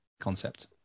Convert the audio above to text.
concept